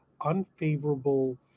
unfavorable